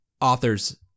authors